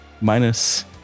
Minus